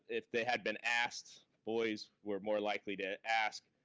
if they had been asked, boys were more likely to ask.